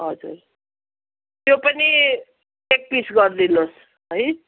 हजुर त्यो पनि एक पिस गरिदिनुहोस् है